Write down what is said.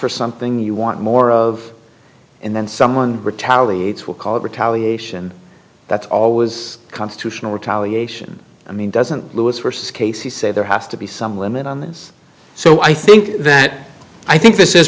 for something you want more of and then someone retaliates will call it retaliation that's always constitutional retaliation i mean doesn't louis worse case he say there has to be some limit on this so i think that i think this is